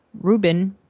Ruben